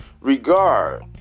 regard